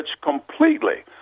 completely